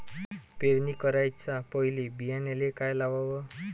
पेरणी कराच्या पयले बियान्याले का लावाव?